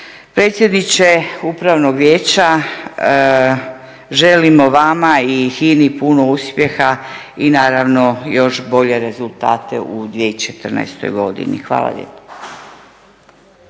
Predsjedniče upravnog vijeća želimo vama i HINA-i puno uspjeha i naravno još bolje rezultate u 2014. godini. Hvala lijepa.